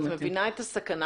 את מבינה את הסכנה